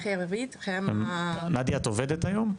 את עובדת היום?